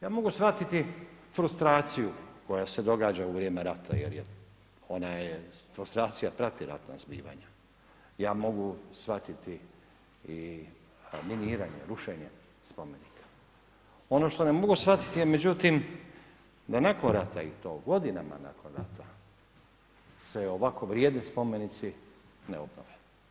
Ja mogu shvatiti frustraciju koja se događa u vrijeme rata jer je, ona je, frustracija prati ratna zbivanja, ja mogu shvatiti i miniranje, rušenje spomenika, ono što ne mogu shvatiti je međutim da nakon rata i to godinama nakon rata se ovako vrijedni spomenici ne obnove.